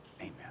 amen